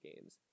games